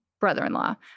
brother-in-law